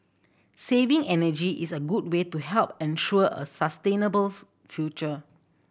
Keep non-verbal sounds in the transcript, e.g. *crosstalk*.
saving energy is a good way to help ensure a sustainable *unintelligible* future